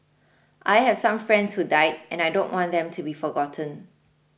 I have some friends who died and I don't want them to be forgotten